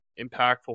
impactful